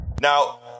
Now